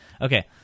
Okay